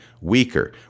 weaker